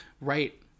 Right